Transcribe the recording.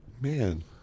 Man